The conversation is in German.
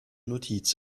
notiz